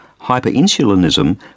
hyperinsulinism